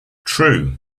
true